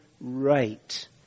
right